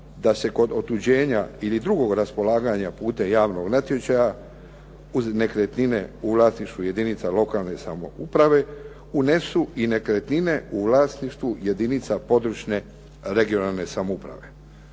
da se kod otuđenja ili drugog raspolaganja putem javnog natječaja uz nekretnine u vlasništvu jedinica lokalne samouprave unesu i nekretnine u vlasništvu jedinica područne regionalne samouprave.